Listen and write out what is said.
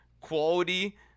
quality